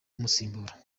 umusimbura